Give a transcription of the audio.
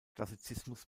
klassizismus